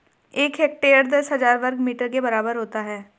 एक हेक्टेयर दस हजार वर्ग मीटर के बराबर होता है